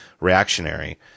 reactionary